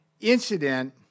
incident